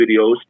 videos